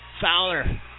Fowler